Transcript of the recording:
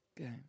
Okay